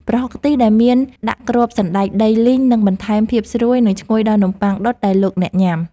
ប្រហុកខ្ទិះដែលមានដាក់គ្រាប់សណ្តែកដីលីងនឹងបន្ថែមភាពស្រួយនិងឈ្ងុយដល់នំប៉័ងដុតដែលលោកអ្នកញ៉ាំ។